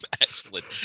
excellent